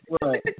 Right